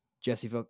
Jesse